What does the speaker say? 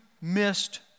missed